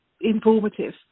informative